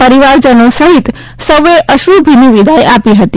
પરિવારજનો સહિત સૌએ અશ્રુભીની વિદાય આપી હતી